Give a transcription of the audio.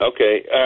Okay